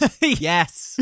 yes